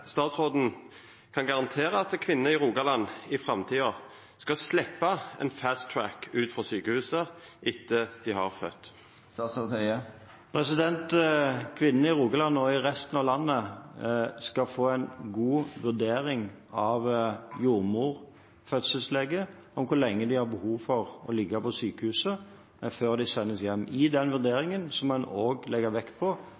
statsråden kan garantera at kvinnene i Rogaland i framtida skal sleppa ein «fast track» ut frå sjukehuset etter at dei har født. Kvinnene i Rogaland og i resten av landet skal få en god vurdering av jordmor/fødselslege om hvor lenge de har behov for å ligge på sykehuset før de sendes hjem. I den vurderingen må en også legge vekt på